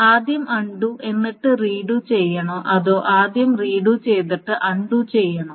ആദ്യം അൺണ്ടു എന്നിട്ട് റീഡു ചെയ്യണോ അതോ ആദ്യം റീഡു ചെയ്തിട്ട് അൺണ്ടു ചെയ്യണോ